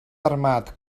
armat